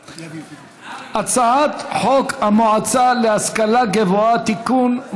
הצעת חוק המועצה להשכלה גבוהה (תיקון,